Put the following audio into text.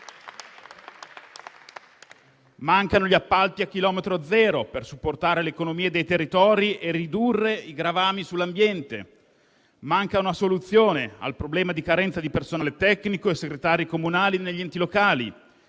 Mancano gli appalti a chilometro zero per supportare l'economia dei territori e ridurre i gravami sull'ambiente. Manca una soluzione al problema di carenza di personale tecnico e segretari comunali negli enti locali.